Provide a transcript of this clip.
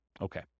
Okay